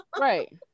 Right